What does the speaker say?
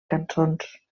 cançons